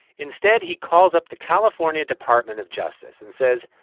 instead, he calls up the california department of justice and says,